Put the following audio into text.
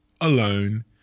alone